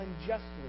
unjustly